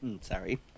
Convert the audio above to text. Sorry